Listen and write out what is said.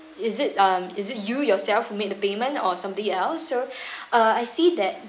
is it um is it you yourself who made the payment or somebody else so uh I see that